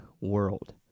world